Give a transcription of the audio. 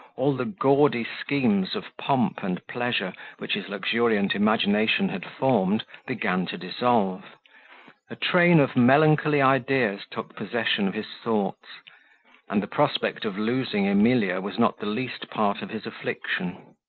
all the gaudy schemes of pomp and pleasure, which his luxuriant imagination had formed, began to dissolve a train of melancholy ideas took possession of his thoughts and the prospect of losing emilia was not the least part of his affliction.